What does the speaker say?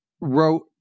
wrote